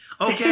Okay